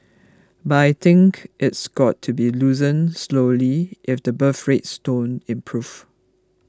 but I think it's got to be loosened slowly if the birth rates don't improve